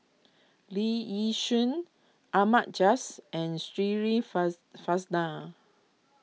Lee Yi Shyan Ahmad Jais and Shirin Fozdar